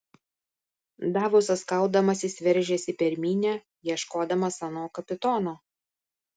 davosas kaudamasis veržėsi per minią ieškodamas ano kapitono